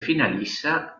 finaliza